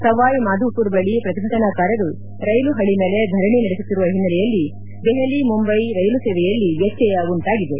ಸವಾಯ್ ಮಾಧೋಮರ್ ಬಳಿ ಪ್ರತಿಭಟನಾಕಾರರು ರೈಲು ಪಳಿ ಮೇಲೆ ಧರಣಿ ನಡೆಸುತ್ತಿರುವ ಹಿನ್ನೆಲೆಯಲ್ಲಿ ದೆಹಲಿ ಮುಂಬೈ ರೈಲು ಸೇವೆಯಲ್ಲಿ ವ್ಯತ್ಯಯ ಉಂಟಾಗಿದೆ